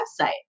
website